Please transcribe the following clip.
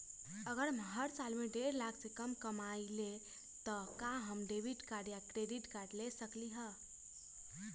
अगर हम हर साल डेढ़ लाख से कम कमावईले त का हम डेबिट कार्ड या क्रेडिट कार्ड ले सकली ह?